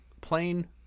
plain